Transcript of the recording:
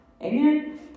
Amen